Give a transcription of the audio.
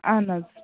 اہن حظ